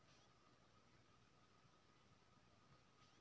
धान M S P दर पर केना बेच सकलियै?